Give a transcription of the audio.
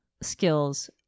skills